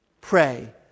pray